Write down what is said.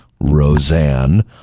Roseanne